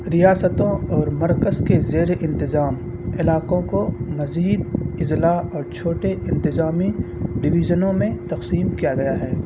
ریاستوں اور مرکز کے زیر انتظام علاقوں کو مزید اضلاع اور چھوٹے انتظامی ڈیویژنوں میں تقسیم کیا گیا ہے